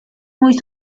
muy